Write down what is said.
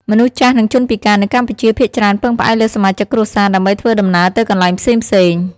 មនុស្សចាស់នឹងជនពិការនៅកម្ពុជាភាគច្រើនពឹងផ្អែកលើសមាជិកគ្រួសារ ដើម្បីធ្វើដំណើរទៅកន្លែងផ្សេងៗ។